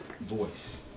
voice